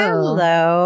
Hello